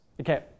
Okay